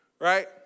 right